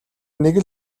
нэг